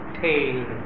tail